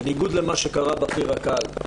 בניגוד למה שקרה בחי"ר הקל,